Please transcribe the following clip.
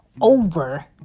over